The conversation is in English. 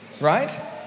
right